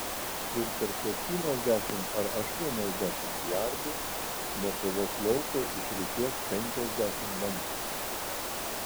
ir per septyniasdešimt ar aštuoniasdešimt jardų nuo kovos lauko išrikiuok penkiasdešimt lankininkų